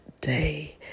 day